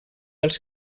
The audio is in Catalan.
els